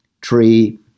tree